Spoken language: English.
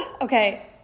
Okay